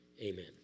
amen